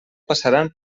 passaran